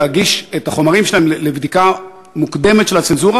להגיש את החומרים שלהם לבדיקה מוקדמת של הצנזורה,